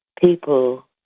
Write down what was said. people